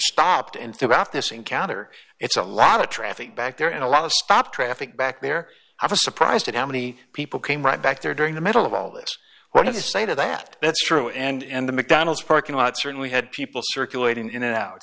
in throughout this encounter it's a lot of traffic back there and a lot of traffic back there i was surprised at how many people came right back there during the middle of all this one of the state of that that's true and the mcdonald's parking lot certainly had people circulating in and out